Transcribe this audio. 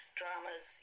dramas